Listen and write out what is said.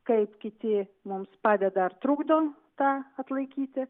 kaip kiti mums padeda ar trukdo tą atlaikyti